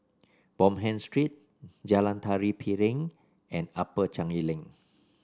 Bonham Street Jalan Tari Piring and Upper Changi Link